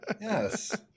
Yes